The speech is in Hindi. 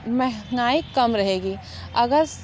महंगाई कम रहेगी अगर स